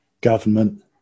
government